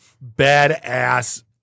bad-ass